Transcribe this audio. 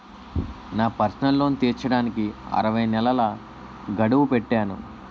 నా personal loan తీర్చడానికి అరవై నెలల గడువు పెట్టాను